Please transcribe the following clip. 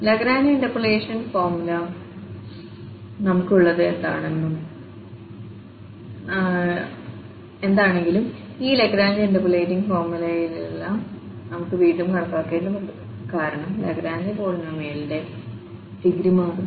Lagrange interpolation ഫോർമുലയിൽ നമുക്കുള്ളത് എന്താണെങ്കിലും ഈ ലഗ്രാഞ്ച് ഇന്റർപോളേറ്റിംഗ് പോളിനോമിയലുകളെല്ലാം നമുക്ക് വീണ്ടും കണക്കാക്കേണ്ടതുണ്ട് കാരണം ലാഗ്രാഞ്ച് പോളിനോമിയലിന്റെ ഡിഗ്രി മാറും